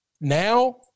Now